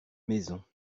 maisons